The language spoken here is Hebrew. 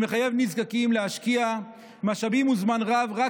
שמחייב נזקקים להשקיע משאבים וזמן רב רק